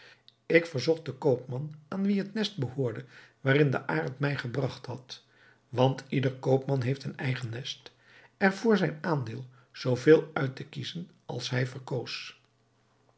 ik verzocht den koopman aan wien het nest behoorde waarin de arend mij gebragt had want ieder koopman heeft een eigen nest er voor zijn aandeel zoo vele uit te kiezen als hij verkoos